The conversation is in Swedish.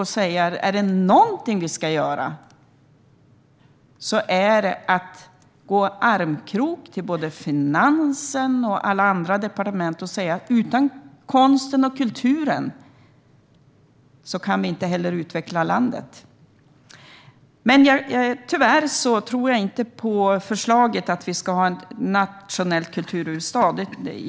Om det är något vi ska göra är det att gå armkrok till finansen och alla andra departement och säga: Utan konsten och kulturen kan vi inte utveckla landet. Jag tror tyvärr inte på förslaget att vi ska ha en nationell kulturhuvudstad.